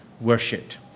worshipped